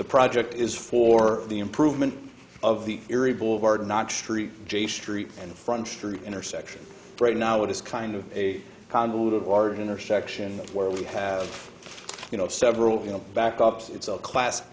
the project is for the improvement of the area boulevard not st j street and front street intersection right now it is kind of a convoluted large intersection where we have you know several you know backups it's all class